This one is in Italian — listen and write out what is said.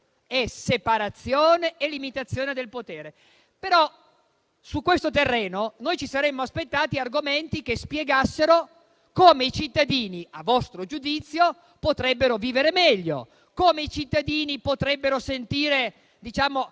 è separazione e limitazione del potere. Su questo terreno noi ci saremmo aspettati argomenti che spiegassero come i cittadini, a vostro giudizio, potrebbero vivere meglio; come i cittadini potrebbero sentire